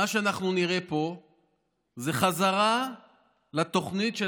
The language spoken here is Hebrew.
מה שאנחנו נראה פה זו חזרה לתוכנית של